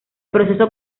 proceso